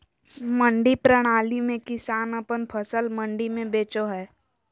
मंडी प्रणाली में किसान अपन फसल मंडी में बेचो हय